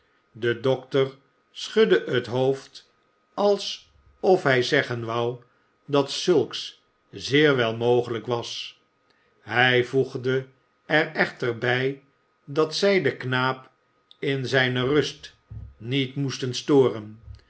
de dokter schudde het hoofd als of hij zeggen wou dat zulks zeer wel mogelijk was hij voegde er echter bij dat zij den knaap in zijne rust niet moesten storen